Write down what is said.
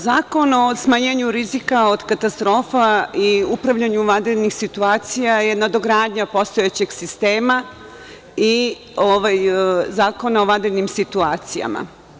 Zakon o smanjenju rizika od katastrofa i upravljanju vanrednim situacijama je nadogradnja postojećeg sistema i Zakona o vanrednim situacijama.